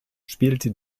spielte